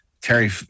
Terry